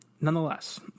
nonetheless